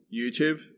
YouTube